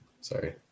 sorry